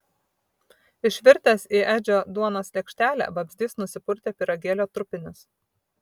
išvirtęs į edžio duonos lėkštelę vabzdys nusipurtė pyragėlio trupinius